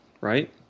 Right